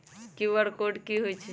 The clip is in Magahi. कियु.आर कोड कि हई छई?